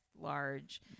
large